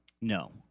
no